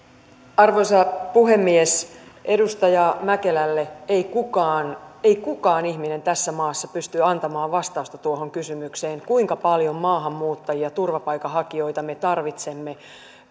arvoisa puhemies edustaja mäkelälle ei kukaan ei kukaan ihminen tässä maassa pysty antamaan vastausta tuohon kysymykseen kuinka paljon maahanmuuttajia turvapaikanhakijoita me tarvitsemme